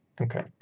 Okay